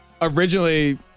originally